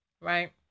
right